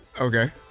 Okay